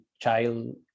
child